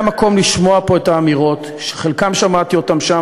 היה מקום לשמוע פה את האמירות שאת חלקן שמעתי שם,